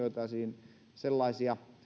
voitaisiin huomioida sellaisia